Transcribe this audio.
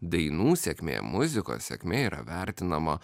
dainų sėkmė muzikos sėkmė yra vertinama